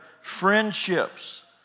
friendships